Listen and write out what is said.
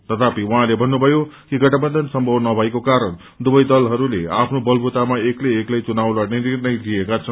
तंथापि उहाँले भन्नुभयो कि गबन्धन समभव नभएको ाकारण दुवै दलहरूले आफ्नासे बलबूतामा एक्लै एक्लै चुनाव लड़ने निर्णय लिण्का छन्